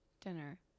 dinner